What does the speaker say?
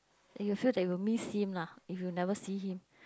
and you feel that you will miss him lah if you never see him